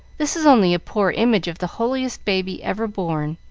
this is only a poor image of the holiest baby ever born,